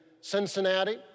Cincinnati